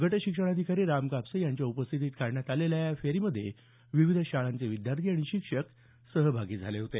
गटशिक्षणाधिकारी राम कापसे यांच्या उपस्थितीत काढण्यात आलेल्या या जनजागृती फेरीमध्ये विविध शाळांचे विद्यार्थी आणि शिक्षक सहभागी झाले होते